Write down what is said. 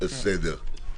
בסדר.